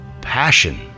Passion